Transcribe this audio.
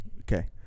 Okay